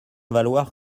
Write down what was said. valoir